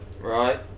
Right